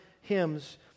hymns